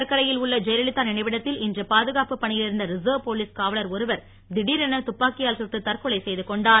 சென்னை மெரினா கடற்கரையில் உள்ள ஜெயலலிதா நினைவிடத்தில் இன்று பாதுகாப்பு பணியில் இருந்த ரிசர்வ் போலீஸ் காவலர் ஒருவர் திடீரென துப்பாக்கியால் சுட்டு தற்கொலை செய்து கொண்டார்